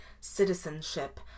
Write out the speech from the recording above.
citizenship